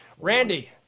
Randy